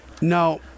No